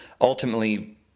ultimately